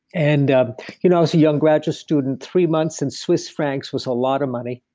and um you know was a young graduate student, three months in swiss francs was a lot of money.